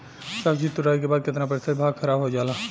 सब्जी तुराई के बाद केतना प्रतिशत भाग खराब हो जाला?